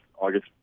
August